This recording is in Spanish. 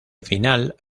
final